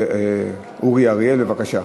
בבקשה.